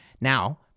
Now